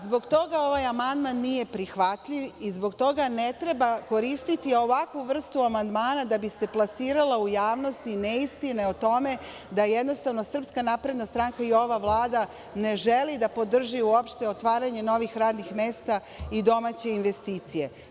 Zbog toga ovaj amandman nije prihvatljiv i zbog toga ne treba koristiti ovakvu vrstu amandmana da bi se plasirale u javnosti neistine o tome da Srpska napredna stranka i ova Vlada ne žele da podrži uopšte otvaranje novih radnih mesta i domaće investicije.